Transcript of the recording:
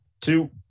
Two